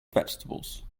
vegetables